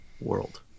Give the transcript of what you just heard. world